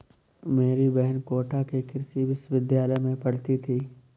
मेरी बहन कोटा के कृषि विश्वविद्यालय में पढ़ती थी